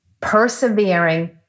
persevering